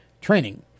training